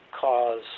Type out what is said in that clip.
cause